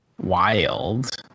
wild